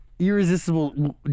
Irresistible